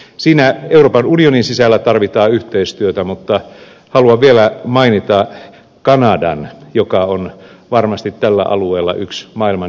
siinä tarvitaan euroopan unionin sisällä yhteistyötä mutta haluan vielä mainita kanadan joka on varmasti tällä alueella yksi maailman jättiläisistä